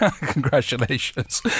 Congratulations